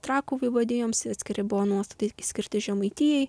trakų vaivadijoms atskiri buvo nuostatai skirti žemaitijai